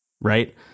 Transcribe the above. right